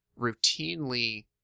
routinely